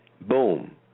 boom